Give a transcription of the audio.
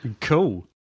Cool